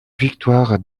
victoire